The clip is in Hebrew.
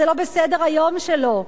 זה לא בסדר-היום שלו.